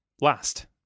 last